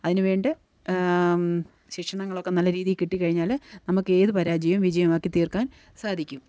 അതിനു വേണ്ട ശിക്ഷണങ്ങളൊക്കെ നല്ല രീതിയില് കിട്ടിക്കഴിഞ്ഞാല് നമുക്കേത് പരാജയവും വിജയമാക്കിത്തീർക്കാൻ സാധിക്കും